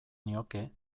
nioke